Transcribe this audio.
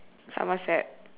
somerset